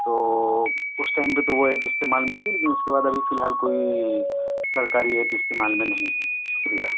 تو اس ٹائم پہ تو وہ ایپ استعمال میں تھی لیکن اس کے بعد ابھی فی الحال کوئی سرکاری ایپ استعمال میں نہیں ہے شکریہ